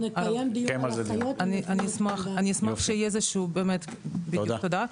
אני אשמח, תודה.